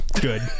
Good